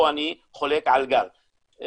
פה אני חולק על גל מהאוצר.